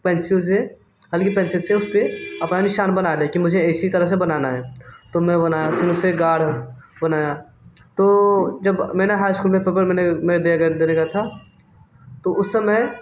pencil से हल्की pencil से उस पर अपन निशान बना लीये कि मुझे इसी तरह बनाना है तो मैं बनाया फिर उससे गाढ़ा बनाया तो जब मैंने हाई स्कूल में पेपर मैंने में देने गया था तो उस समय